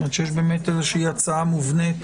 כלומר שיש הצעה מובנית.